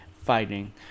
fighting